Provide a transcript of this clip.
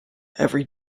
every